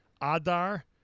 Adar